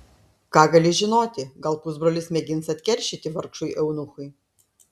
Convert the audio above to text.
ką gali žinoti gal pusbrolis mėgins atkeršyti vargšui eunuchui